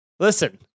Listen